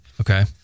Okay